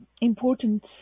important